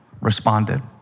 responded